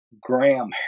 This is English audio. Graham